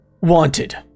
wanted